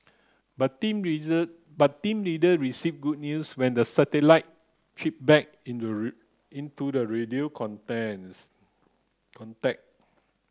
but team but team later received good news when the satellite chirped back into the radio contacts contact